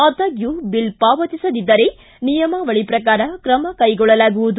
ಆದಾಗ್ಡೂ bill ಪಾವತಿಸದಿದ್ದರೆ ನಿಯಮಾವಳಿ ಪ್ರಕಾರ ತ್ರಮ ಕೈಗೊಳ್ಳಲಾಗುವುದು